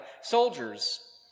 soldiers